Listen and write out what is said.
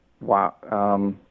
Wow